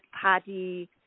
party